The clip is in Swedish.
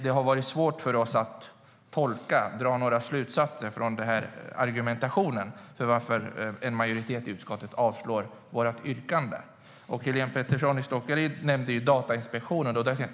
Det har varit svårt för oss att tolka och dra några slutsatser av argumentationen för varför en majoritet i utskottet avslår vårt yrkande. Helene Petersson i Stockaryd nämnde Datainspektionen.